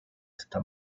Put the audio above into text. esta